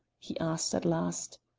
he asked at last.